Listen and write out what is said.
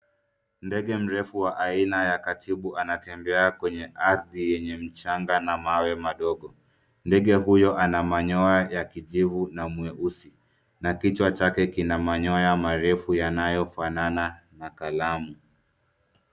Ndege mrefu ya aina ya katibu anatembea kwenye ardhi yenye mchanga na mawe madogo, ndege huyo ana manyoya ya kijivu na mweusi na, kichwa chake kina manyoya marefu yanayofanana na kalamu.